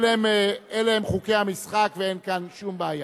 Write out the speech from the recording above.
אלה הם חוקי המשחק ואין כאן שום בעיה.